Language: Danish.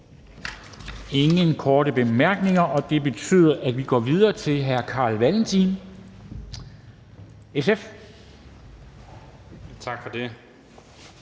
ingen korte bemærkninger. Det betyder, at vi går videre til hr. Carl Valentin, SF. Kl.